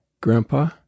Grandpa